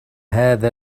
هذا